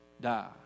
die